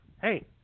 Hey